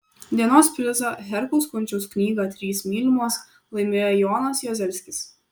dienos prizą herkaus kunčiaus knygą trys mylimos laimėjo jonas juozelskis